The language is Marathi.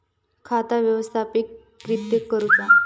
खाता व्यवस्थापित किद्यक करुचा?